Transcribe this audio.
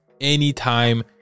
Anytime